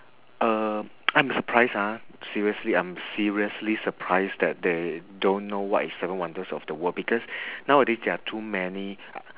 uh I'm surprised ah seriously I'm seriously surprised that they don't know what is seven wonders of the world because nowadays there are too many